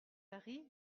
paris